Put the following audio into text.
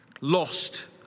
lost